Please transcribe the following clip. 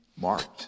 marked